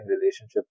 relationship